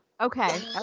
Okay